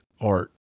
art